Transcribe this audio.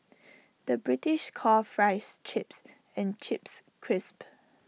the British calls Fries Chips and Chips Crisps